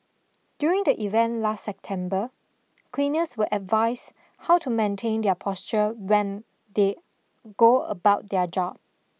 during the event last September cleaners were advised how to maintain their posture when they go about their job